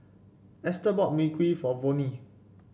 Esther bought Mui Kee for Vonnie